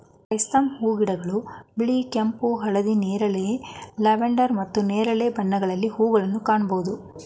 chrysanthemum ಹೂಗಿಡಗಳು ಬಿಳಿ, ಕೆಂಪು, ಹಳದಿ, ನೇರಳೆ, ಲ್ಯಾವೆಂಡರ್ ಮತ್ತು ನೇರಳೆ ಬಣ್ಣಗಳಲ್ಲಿ ಹೂಗಳನ್ನು ಕಾಣಬೋದು